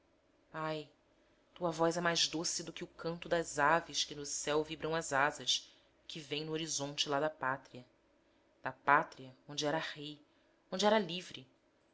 ai tua voz é mais doce do que o canto das aves que no céu vibram as asas e que vem no horizonte lá da pátria da pátria onde era rei onde era livre